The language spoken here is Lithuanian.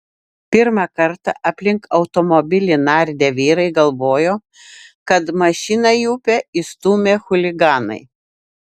pirmą kartą aplink automobilį nardę vyrai galvojo kad mašiną į upę įstūmė chuliganai